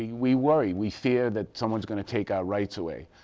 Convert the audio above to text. we worry. we fear that someone is going to take our rights away,